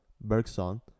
Bergson